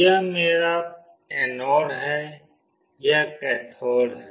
यह मेरा एनोड है यह कैथोड है